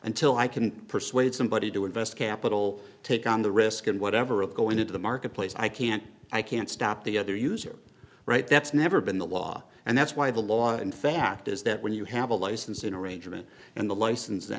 until i can persuade somebody to invest capital take on the risk and whatever of going into the marketplace i can't i can't stop the other user right that's never been the law and that's why the law in fact is that when you have a license in arrangement and the license t